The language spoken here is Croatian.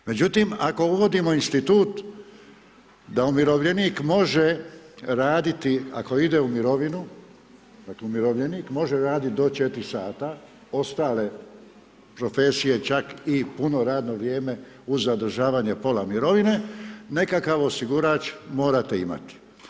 Međutim, ako uvodimo institut da umirovljenik može raditi ako ide u mirovinu dakle umirovljenik može raditi do 4 sata, ostale profesije čak i puno radno vrijeme uz zadržavanje pola mirovine nekakav osigurač morate imati.